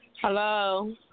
Hello